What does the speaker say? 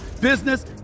business